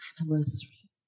Anniversary